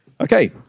Okay